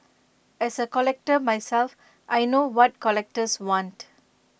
as A collector myself I know what collectors want